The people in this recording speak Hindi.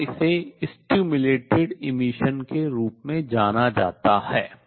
और इसे उद्दीपित उत्सर्जन के रूप में जाना जाता है